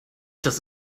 das